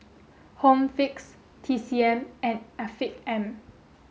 home Fix T C M and Afiq M